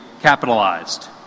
capitalized